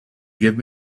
give